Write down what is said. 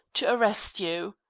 to arrest you.